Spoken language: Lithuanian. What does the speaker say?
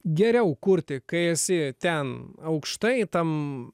geriau kurti kai esi ten aukštai tam